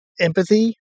empathy